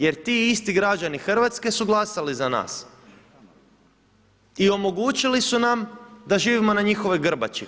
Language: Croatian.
Jer ti isti građani Hrvatske su glasali za nas i omogućili su nam da živimo na njihovoj grbači.